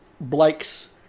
Blake's